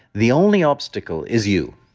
the only obstacle is you.